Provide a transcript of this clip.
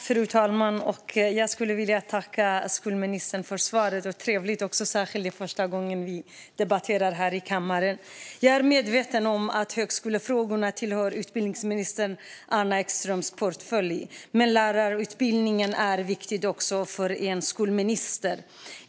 Fru talman! Jag vill tacka skolministern för svaret. Det är trevligt att vi debatterar för första gången här i kammaren. Jag är medveten om att högskolefrågorna tillhör utbildningsminister Anna Ekströms portfölj. Men lärarutbildningen är viktig också för en skolminister.